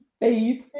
babe